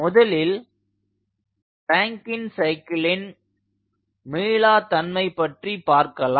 முதலில் ராங்கின் சைக்கிளின் மீளா தன்மை பற்றி பார்க்கலாம்